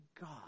God